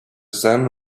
sun